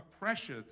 pressure